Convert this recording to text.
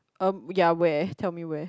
um ya where tell me where